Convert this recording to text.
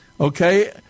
Okay